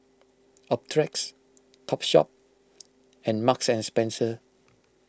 Optrex Topshop and Marks and Spencer